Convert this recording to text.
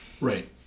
right